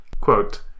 quote